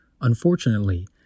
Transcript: Unfortunately